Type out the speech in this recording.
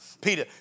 Peter